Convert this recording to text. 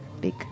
big